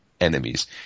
enemies